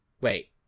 Wait